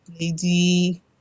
lady